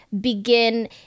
begin